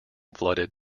flooded